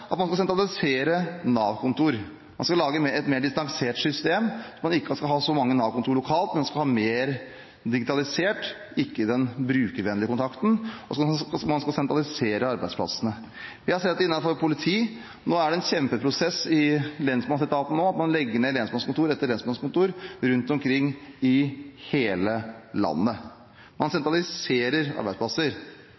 at man skal sentralisere Nav-kontor. Man skal lage et mer distansert system – man skal ikke ha så mange Nav-kontor lokalt, men ha mer digitalisering, ikke ha den brukervennlige kontakten. Man skal sentralisere arbeidsplassene. Vi har sett det innenfor politiet. Nå er det en kjempeprosess i lensmannsetaten der man legger ned lensmannskontor etter lensmannskontor rundt omkring i hele landet. Man